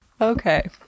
okay